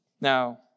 Now